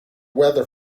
weather